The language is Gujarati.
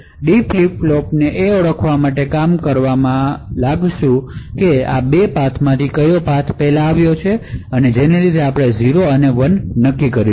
D ફ્લિપ ફ્લોપ એ ઓળખવા માટે કામ લાગશે કે આ 2 પાથ માંથી ક્યો પહેલા આવ્યો છે અને એને લીધે આપણે 0 અને 1 નક્કી કરીશું